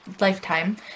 lifetime